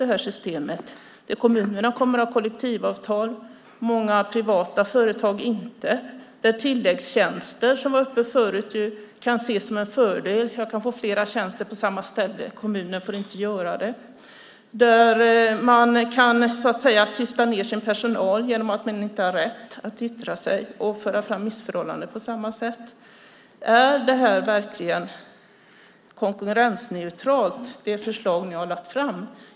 Det är ett system där kommunerna kommer att ha kollektivavtal, men många privata företag kommer inte att ha det. Det är ett system där tilläggstjänster, som togs upp tidigare, kan ses som en fördel - man kan ha flera tjänster på samma ställe, vilket man inte får ha i kommunen. Det är ett system där man kan tysta ned personalen genom att de inte har rätt att yttra sig och föra fram missförhållanden på samma sätt. Är det förslag som ni lagt fram verkligen konkurrensneutralt?